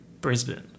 Brisbane